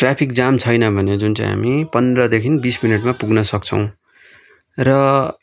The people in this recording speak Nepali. ट्राफिक जाम छैन भने जुन चाहिँ हामी पन्ध्रदेखि बिस मिनटमा पुग्न सक्छौँ र